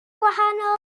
gwahanol